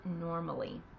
normally